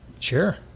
Sure